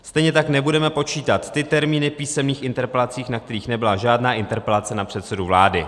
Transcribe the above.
Stejně tak nebudeme počítat ty termíny písemných interpelací, na kterých nebyla žádná interpelace na předsedu vlády.